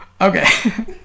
Okay